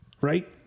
right